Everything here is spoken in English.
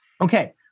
Okay